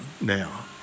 now